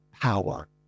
power